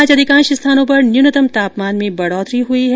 प्रदेश में आज अधिकांश स्थानों पर न्यूनतम तापमान में बढ़ोतरी हुई है